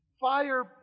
Fire